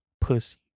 pussy